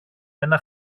ένα